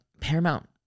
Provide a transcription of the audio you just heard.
Paramount